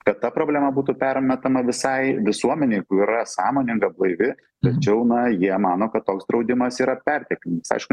kad ta problema būtų permetama visai visuomenei kur yra sąmoninga blaivi tačiau na jie mano kad toks draudimas yra perteklinis aišku